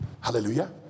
Hallelujah